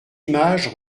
images